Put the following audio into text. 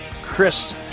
Chris